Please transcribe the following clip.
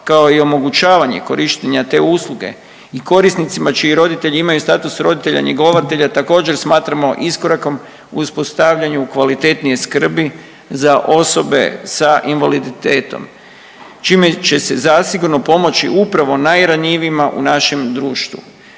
kao i omogućavanje korištenja te usluge i korisnicima čiji roditelji imaju status roditelja njegovatelja također, smatramo iskorakom u ispostavljanju kvalitetnije skrbi za osobe sa invaliditetom, čime će se zasigurno pomoći upravo najranjivijima u našem društvu.